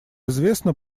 известно